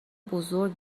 بزرگ